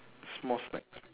small snacks